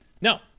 No